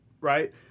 right